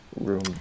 room